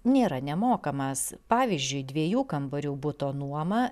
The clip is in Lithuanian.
nėra nemokamas pavyzdžiui dviejų kambarių buto nuoma